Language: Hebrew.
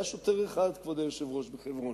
היה שוטר אחד, כבוד היושב-ראש, בחברון.